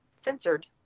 censored